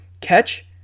catch